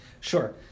Sure